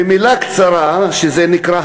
במילה קצרה, שזה נקרא: